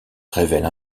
révèle